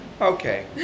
okay